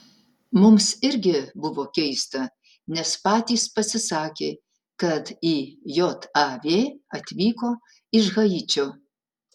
mums irgi buvo keista nes patys pasisakė kad į jav atvyko iš haičio